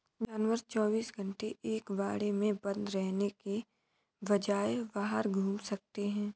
जानवर चौबीस घंटे एक बाड़े में बंद रहने के बजाय बाहर घूम सकते है